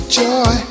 joy